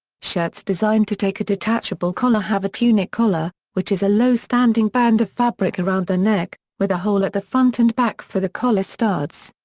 shirts designed to take a detachable collar have a tunic collar, which is a low standing band of fabric around the neck, with a hole at the front and back for the collar studs.